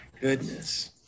goodness